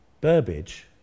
Burbage